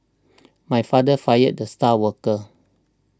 my father fired the star worker